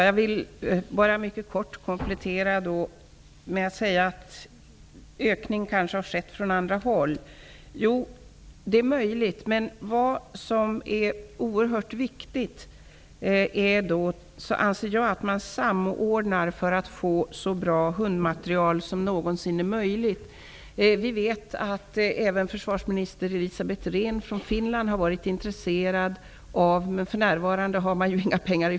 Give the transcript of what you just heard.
Fru talman! Jag vill komplettera med att säga att det är möjligt att det har skett en ökning av inköp från andra håll. Jag anser att det är oerhört viktigt att man samordnar inköpen för att få så bra hundmaterial som någonsin är möjligt. Vi vet att även försvarsminister Elisabeth Rehn från Finland har varit intresserad av köp eftersom materialet är så fint.